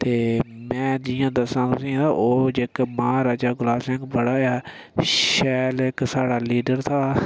ते में जि'यां दस्सां तुसें गी तां ओह् जेह्का महाराजा गुलाब सिंह बड़ा गै शैल इक साढ़ा लीडर हा